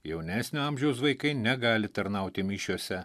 jaunesnio amžiaus vaikai negali tarnauti mišiose